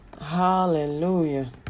hallelujah